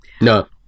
No